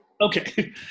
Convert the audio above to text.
Okay